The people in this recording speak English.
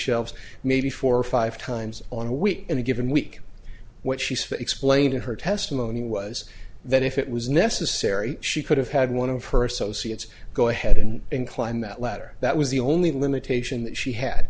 shell maybe four or five times on a week in a given week what she's for explained to her testimony was that if it was necessary she could have had one of her associates go ahead and inclined that letter that was the only limitation that she had